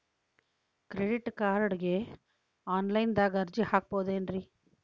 Credit ಕಾರ್ಡ್ಗೆ online ದಾಗ ಅರ್ಜಿ ಹಾಕ್ಬಹುದೇನ್ರಿ?